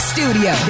Studio